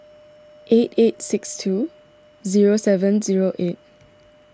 eight eight six two zero seven zero eight